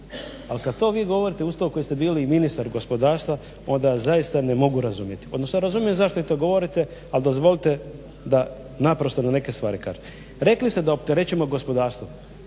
ali kad to vi govorite uz to koji ste bili i ministar gospodarstva onda zaista ne mogu razumjeti, odnosno razumijem zašto vi to govorite ali dozvolite da naprosto na neke stvari odgovorim. Rekli ste da opterećujemo gospodarstvo.